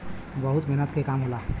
बहुत मेहनत के काम होला